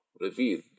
revealed